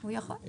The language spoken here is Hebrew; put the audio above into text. הוא יכול.